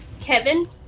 Kevin